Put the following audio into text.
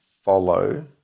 follow